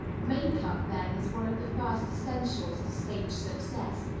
makeup, then, is one of the first essentials to stage success,